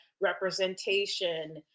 representation